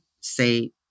say